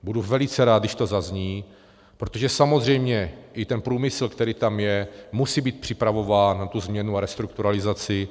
Budu velice rád, když to zazní, protože samozřejmě i ten průmysl, který tam je, musí být připravován na tu změnu a restrukturalizaci.